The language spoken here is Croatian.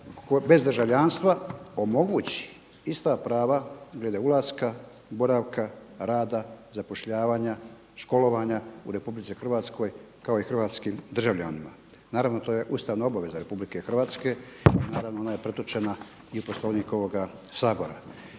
naroda bez državljanstva omogući ista prava glede ulaska boravka, rada, zapošljavanja, školovanja u RH kao i hrvatskim državljanima. Naravno to je ustavna obaveza RH, naravno ona je pretočena i u Poslovnik ovoga Sabora.